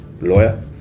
lawyer